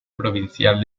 provincial